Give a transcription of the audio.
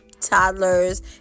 toddlers